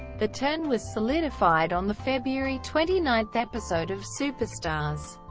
the turn was solidified on the february twenty nine episode of superstars,